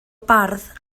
bardd